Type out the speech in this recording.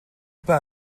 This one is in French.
pas